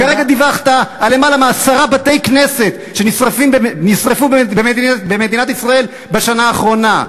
כרגע דיווחת על למעלה מעשרה בתי-כנסת שנשרפו במדינת ישראל בשנה האחרונה.